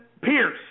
Pierce